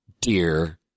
Dear